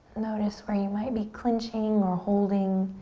notice where you might be clenching or holding.